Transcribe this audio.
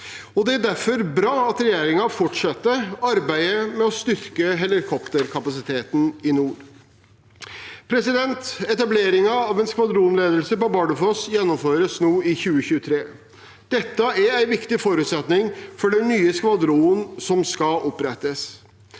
det er derfor bra at regjeringen fortsetter arbeidet med å styrke helikopterkapasiteten i nord. Etableringen av en skvadronledelse på Bardufoss gjennomføres nå i 2023. Dette er en viktig forutsetning for den nye skvadronen som skal opprettes.